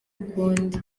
ukundi